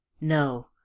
No